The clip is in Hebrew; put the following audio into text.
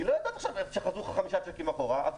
היא לא יודעת עכשיו שחזרו לך חמישה שיקים אחורה,